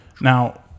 Now